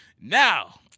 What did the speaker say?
Now